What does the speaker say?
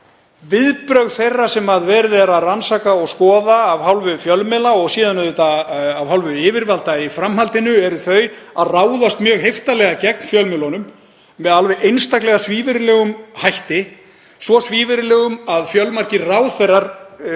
Viðbrögð þeirra sem verið er að rannsaka og skoða af hálfu fjölmiðla og síðan auðvitað af hálfu yfirvalda í framhaldinu eru þau að ráðast mjög heiftarlega gegn fjölmiðlunum með alveg einstaklega svívirðilegum hætti, svo svívirðilegum að fjölmargir ráðherrar,